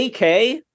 AK